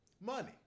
Money